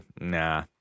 nah